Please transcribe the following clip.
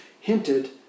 hinted